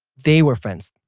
they were friends.